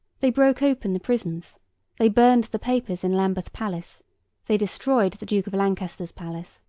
they broke open the prisons they burned the papers in lambeth palace they destroyed the duke of lancaster's palace,